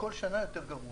כל שנה יותר גרוע.